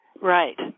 Right